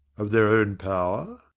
of their own power?